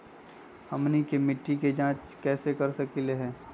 हमनी के मिट्टी के जाँच कैसे कर सकीले है?